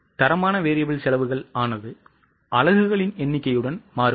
எனவே தரமான variable செலவுகள் ஆனது அலகுகளின் எண்ணிக்கையுடன் மாறுபடும்